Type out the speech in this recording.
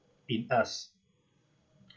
in us